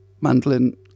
mandolin